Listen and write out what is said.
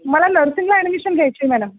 मला नर्सिंगला ॲडमिशन घ्यायची आहे मॅनम